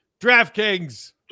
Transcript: DraftKings